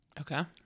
Okay